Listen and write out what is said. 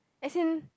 as in